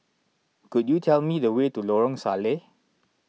could you tell me the way to Lorong Salleh